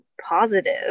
positive